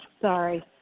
Sorry